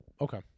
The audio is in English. Okay